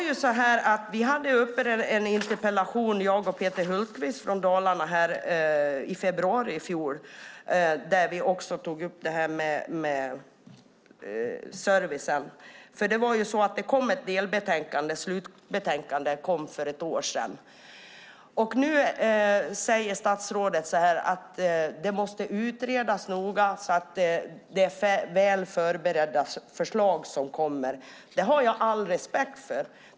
Jag och Peter Hultqvist från Dalarna skrev i februari i fjol en interpellation där vi tog upp frågan om service. Det kom ett slutbetänkande för ett år sedan. Statsrådet säger nu att det måste utredas noga så att de förslag som kommer är väl förberedda. Det har jag all respekt för.